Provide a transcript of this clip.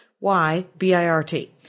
Y-B-I-R-T